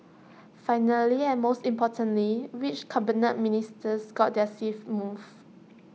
finally and most importantly which Cabinet Ministers got their seats moved